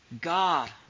God